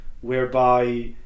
whereby